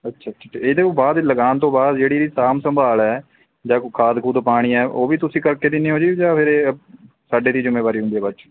ਅੱਛਾ ਅੱਛਾ ਅਤੇ ਇਹਦੇ ਬਾਅਦ ਲਗਾਉਣ ਤੋਂ ਬਾਅਦ ਜਿਹੜੀ ਇਹਦੀ ਸਾਂਭ ਸੰਭਾਲ ਹੈ ਜਾਂ ਕੋਈ ਖਾਦ ਖੂਦ ਪਾਉਣੀ ਹੈ ਉਹ ਵੀ ਤੁਸੀਂ ਕਰਕੇ ਦਿੰਦੇ ਹੋ ਜੀ ਜਾਂ ਫਿਰ ਇਹ ਸਾਡੇ 'ਤੇ ਜ਼ਿੰਮੇਵਾਰੀ ਹੁੰਦੀ ਹੈ ਬਾਅਦ 'ਚ